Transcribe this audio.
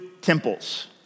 temples